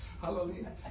Hallelujah